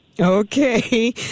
Okay